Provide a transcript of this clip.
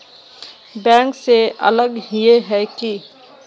Bank से अलग हिये है की?